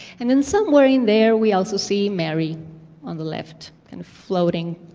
and then somewhere in there, we also see mary on the left and floating.